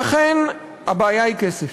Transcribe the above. ואכן, הבעיה היא כסף,